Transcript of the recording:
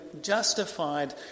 justified